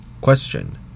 question